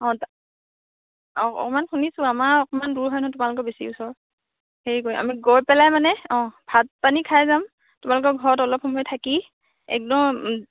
অ' অ' অকণমান শুনিছোঁ আমাৰ অকণমান দূৰ হয় ন তোমালোকৰ বেছি ওচৰ হেৰি কৰিম আমি গৈ পেলাই মানে অ' ভাত পানী খাই যাম তোমালোকৰ ঘৰত অলপ সময় থাকি একদম